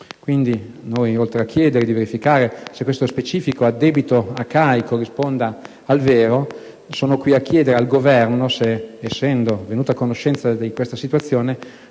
Pertanto, oltre a chiedere di verificare se questo specifico addebito alla CAI corrisponda al vero, sono qui a chiedere al Governo se, essendo venuto a conoscenza di questa situazione,